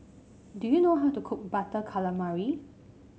do you know how to cook Butter Calamari